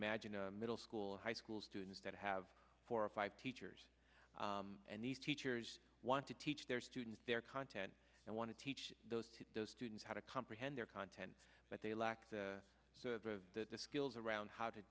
imagine a middle school high school students that have four or five teachers and these teachers want to teach their students their content and want to teach those to those students how to comprehend their content but they lack the sort of the skills around how to